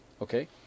Okay